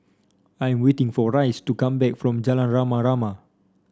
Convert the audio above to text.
I am waiting for Rice to come back from Jalan Rama Rama